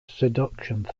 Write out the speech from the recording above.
seduction